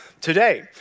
today